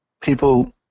people